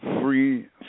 free